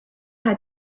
had